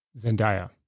Zendaya